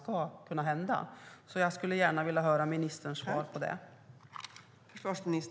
Jag skulle gärna vilja höra ministerns svar på det.